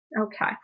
Okay